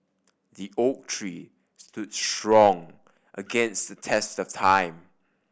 the oak tree stood strong against the test of time